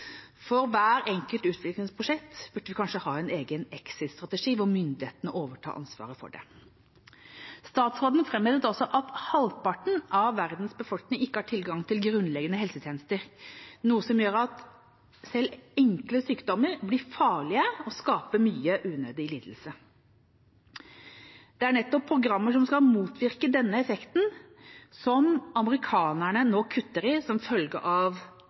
For hvert enkelt utviklingsprosjekt burde vi kanskje ha en egen exit-strategi, hvor myndighetene overtar ansvaret for det. Statsråden framhevet også at halvparten av verdens befolkning ikke har tilgang til grunnleggende helsetjenester, noe som gjør at selv enkle sykdommer blir farlige og skaper mye unødig lidelse. Det er nettopp programmer som skal motvirke denne effekten, amerikanerne nå kutter i som følge av